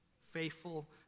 faithful